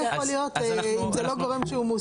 מה יכול להיות אם זה לא גורם שהוא מוסמך?